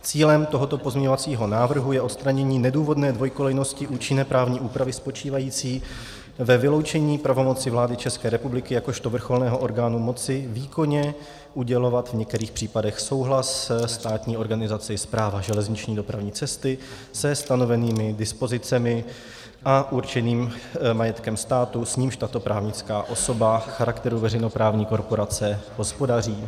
Cílem tohoto pozměňovacího návrhu je odstranění nedůvodné dvojkolejnosti účinné právní úpravy spočívající ve vyloučení pravomoci vlády České republiky jakožto vrcholného orgánu moci výkonně udělovat v některých případech souhlas státní organizaci Správa železniční dopravní cesty se stanovenými dispozicemi s určeným majetkem státu, s nímž tato právnická osoba charakteru veřejnoprávní korporace hospodaří.